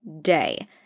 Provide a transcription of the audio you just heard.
day